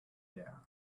there